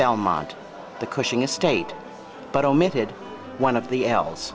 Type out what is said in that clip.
belmont the cushing estate but omitted one of the els